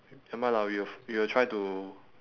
never mind lah we will we will try to